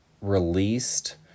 released